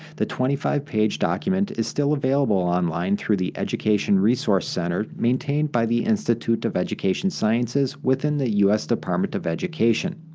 the twenty five page document is still available online through the education resources center maintained by the institute of education sciences within the us department of education.